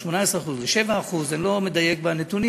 מ-18% ל-7%; אני לא מדייק בנתונים.